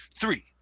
three